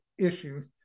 issues